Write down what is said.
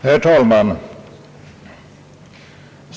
Herr talman!